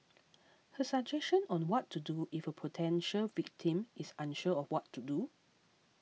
her suggestion on what to do if a potential victim is unsure of what to do